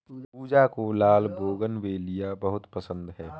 पूजा को लाल बोगनवेलिया बहुत पसंद है